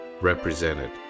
represented